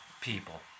people